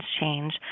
change